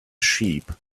sheep